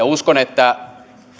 uskon että